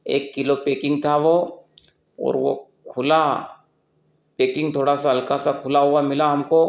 एक kilo packing था वो और वो खुला पेकिंग थोड़ा सा हल्का सा खुला हुआ मिला हमको